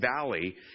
valley